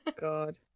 God